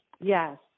Yes